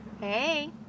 Hey